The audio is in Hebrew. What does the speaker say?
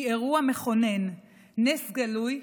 היא אירוע מכונן, נס גלוי.